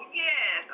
yes